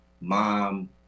mom